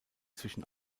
zwischen